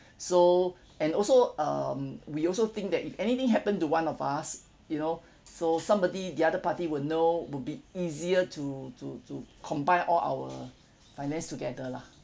so and also um we also think that if anything happened to one of us you know so somebody the other party will know will be easier to to to combine all our finance together lah